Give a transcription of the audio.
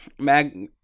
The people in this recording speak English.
Mag